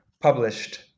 published